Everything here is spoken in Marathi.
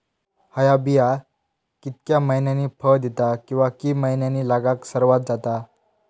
हया बिया कितक्या मैन्यानी फळ दिता कीवा की मैन्यानी लागाक सर्वात जाता?